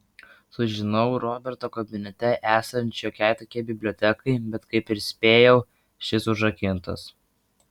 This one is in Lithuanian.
sužinau roberto kabinete esant šiokiai tokiai bibliotekai bet kaip ir spėjau šis užrakintas